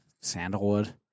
Sandalwood